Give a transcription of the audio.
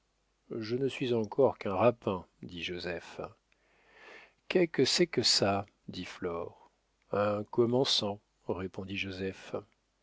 je ne suis encore qu'un rapin dit joseph qué que c'est que ça dit flore un commençant répondit joseph